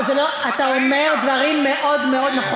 אתה אומר דברים מאוד מאוד, היית שם.